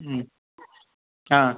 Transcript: ம் ஆ